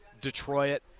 Detroit